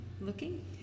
looking